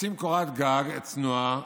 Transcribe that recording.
רוצים קורת גג צנועה,